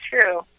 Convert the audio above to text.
true